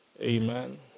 Amen